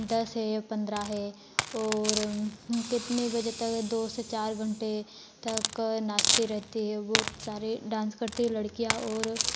दस है पंद्रह है और कितने बजे तक दो से चार घंटे तक नाचते रहती हैं वो सारे डांस करती हैं लडकियाँ और